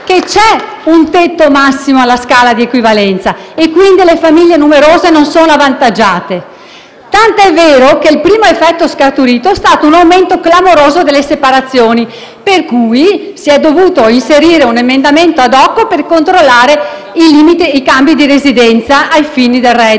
che c'è un tetto massimo, alla scala di equivalenza e, quindi, le famiglie numerose non sono avvantaggiate. Ciò è tanto vero che il primo effetto scaturito è stato un aumento clamoroso delle separazioni, per cui si è dovuto inserire un emendamento *ad hoc* per controllare i cambi di residenza ai fini del reddito.